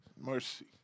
Mercy